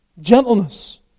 Gentleness